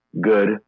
good